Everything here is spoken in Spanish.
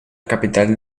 capital